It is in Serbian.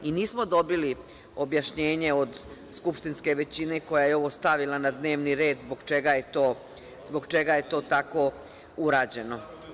Nismo dobili objašnjenje od skupštinske većine, koja je ovo stavila na dnevni red, zbog čega je to tako urađeno.